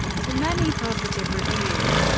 to many positive reviews.